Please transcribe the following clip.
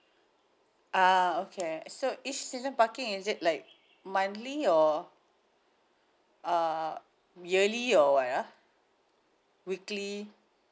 ah okay so each season parking is it like monthly or uh yearly or what ah weekly